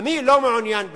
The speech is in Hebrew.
אני לא מעוניין בהסדר.